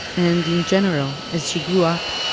and, in general, as she grew up,